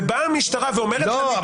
ובאה המשטרה ואומרת למתלונן --- לא.